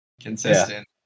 Consistent